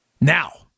Now